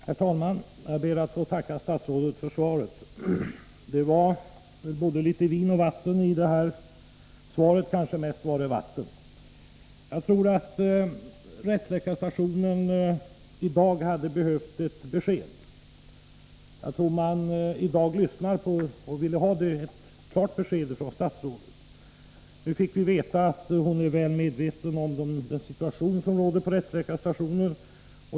Herr talman! Jag ber att få tacka statsrådet för svaret. Det innehöll både vin och vatten, kanske mest vatten. Rättsläkarstationen i Stockholm hade behövt ett besked. Jag tror att de anställda på rättsläkarstationen i dag lyssnar på statsrådet och att de velat ha ett klart besked från henne. Vi fick nu veta att hon är väl medveten om den situation som råder på rättsläkarstationen.